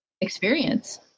experience